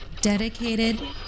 Dedicated